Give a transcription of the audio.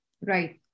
Right